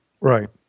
Right